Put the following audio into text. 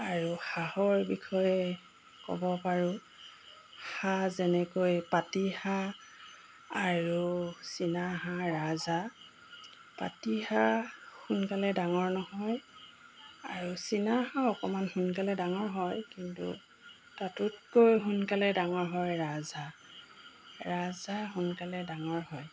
আৰু হাঁহৰ বিষয়ে ক'ব পাৰোঁ হাঁহ যেনেকৈ পাতিহাঁহ আৰু চীনাহাঁহ ৰাজহাঁহ পাতিহাঁহ সোনকালে ডাঙৰ নহয় আৰু চীনাহাঁহ অকণমান সোনকালে ডাঙৰ হয় কিন্তু তাতোতকৈ সোনকালে ডাঙৰ হয় ৰাজহাঁহ ৰাজহাঁহ সোনকালে ডাঙৰ হয়